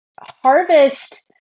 harvest